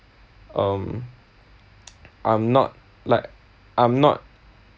um I'm not like I'm not